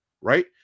Right